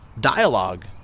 dialogue